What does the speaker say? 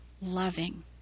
loving